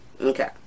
okay